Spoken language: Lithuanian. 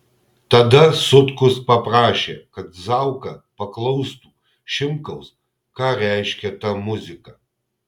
tada sutkus paprašė kad zauka paklaustų šimkaus ką reiškia ta muzika